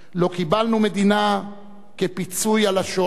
לא קיבלנו מדינה כפיצוי על השואה.